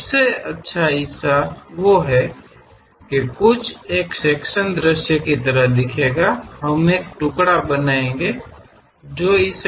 सबसे अच्छा हिस्सा वो है वह कुछ एक सेक्शन दृश्य की तरह दिखेंगा हम एक टुकड़ा बनाएगे जो इस कंप्यूटर मॉनीटरमे से गुजरता है